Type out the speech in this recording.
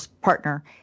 partner